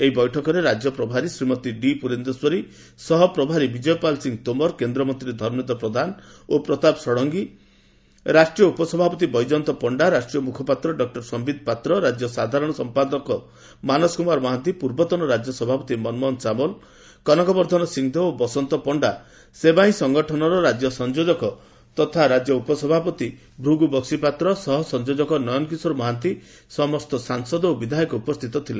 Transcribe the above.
ଏହି ବୈଠକରେ ରାକ୍ୟ ପ୍ରଭାରୀ ଶ୍ରୀମତୀ ଡିପୁରନ୍ଦେଶ୍ୱରୀ ସହପ୍ରଭାରୀ ବିଜୟପାଲ ସିଂ ତୋମାର କେନ୍ଦ୍ରମନ୍ତୀ ଧର୍ମେନ୍ଦ୍ର ପ୍ରଧାନ ଓ ପ୍ରତାପ ଷଡଙ୍ଙୀ ରାଷ୍ଟ୍ରୀୟ ଉପସଭାପତି ବୈଜୟନ୍ତ ପଣ୍ଣା ରାଷ୍ଟ୍ରୀୟ ମୁଖପାତ୍ର ଡସଯିତ ପାତ୍ର ରାଜ୍ୟ ସାଧାରଣ ସଂପାଦକ ସଂଗଠନ ମାନସ କୁମାର ମହାନ୍ତି ପୂର୍ବତନ ରାଜ୍ୟ ସଭାପତି ମନମୋହନ ସାମଲ କେଭିସିଂହଦେଓ ଓ ବସନ୍ତ ପଶ୍ତା 'ସେବା ହିଁ ସଂଗଠନ'ର ରାଜ୍ୟ ସଂଯୋଜକ ତଥା ରାଜ୍ୟ ଉପସଭାପତି ଭୃଗୁ ବକ୍କିପାତ୍ର ସହ ସଂଯୋଜକ ନୟନ କିଶୋର ମହାନ୍ତି ସମସ୍ତ ସାଂସଦ ଓ ବିଧାୟକ ଉପସ୍ଥିତ ଥିଲେ